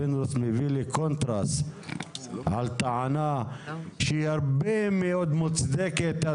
מביא לקונטרס על טענה שהיא הרבה מאוד מוצדקת.